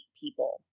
people